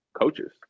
coaches